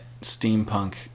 steampunk